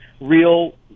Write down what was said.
real